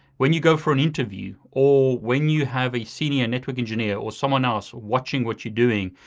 when you go for an interview or when you have a senior network engineer or someone else watching what you're doing,